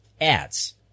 Ads